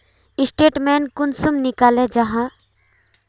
Statement कुंसम निकले जाहा?